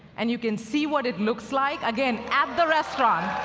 and you can see what it looks like, again, at the restaurant